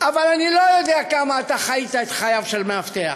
אבל אני לא יודע כמה אתה חיית את חייו של מאבטח.